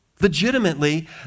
Legitimately